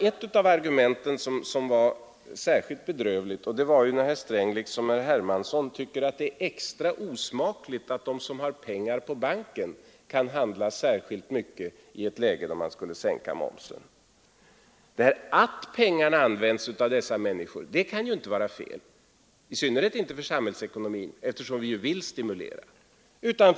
Ett av argumenten är särskilt bedrövligt, och det är när herr Sträng liksom herr Hermansson tycker att det är extra osmakligt att de som har pengar på banken kan handla särskilt mycket i ett läge där man sänker momsen. Att pengarna används av dessa människor kan ju inte vara fel, i synnerhet inte för samhällsekonomin, eftersom vi ju vill stimulera den.